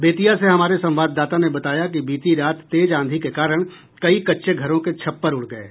बेतिया से हमारे संवाददाता ने बताया कि बीती रात तेज आंधी के कारण कई कच्चे घरों के छप्पर उड़ गये